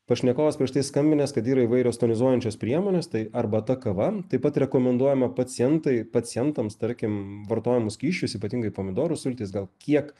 pašnekovas prieš tai skambinęs kad yra įvairios tonizuojančios priemonės tai arbata kava taip pat rekomenduojama pacientui pacientams tarkim vartojamus skysčius ypatingai pomidorų sultis gal kiek